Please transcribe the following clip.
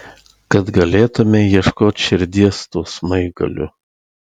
kad galėtumei ieškot širdies tuo smaigaliu